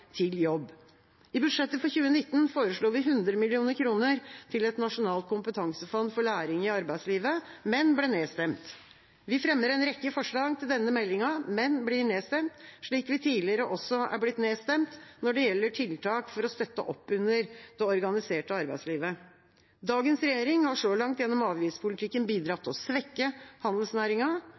til jobb. I budsjettet for 2019 foreslo vi 100 mill. kr til et nasjonalt kompetansefond for læring i arbeidslivet, men ble nedstemt. Vi fremmer en rekke forslag til denne meldingen, men blir nedstemt, slik vi tidligere er blitt nedstemt når det gjelder tiltak for å støtte opp under det organiserte arbeidslivet. Dagens regjering har så langt gjennom avgiftspolitikken bidratt til å svekke